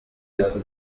ariko